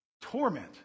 Torment